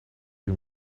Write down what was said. you